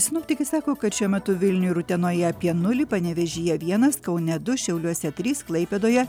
sinoptikai sako kad šiuo metu vilniuj ir utenoje apie nulį panevėžyje vienas kaune du šiauliuose trys klaipėdoje